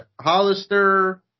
Hollister